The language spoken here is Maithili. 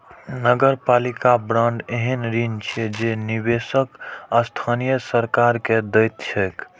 नगरपालिका बांड एहन ऋण छियै जे निवेशक स्थानीय सरकार कें दैत छैक